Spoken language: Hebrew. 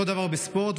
אותו הדבר בספורט.